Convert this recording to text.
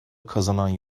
kazanan